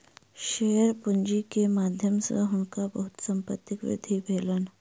share पूंजी के माध्यम सॅ हुनका बहुत संपत्तिक वृद्धि भेलैन